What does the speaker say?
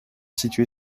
située